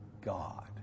God